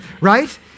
Right